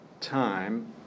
time